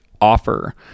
offer